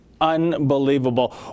unbelievable